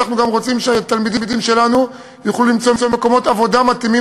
אנחנו גם רוצים שהתלמידים שלנו יוכלו למצוא מקומות עבודה מתאימים,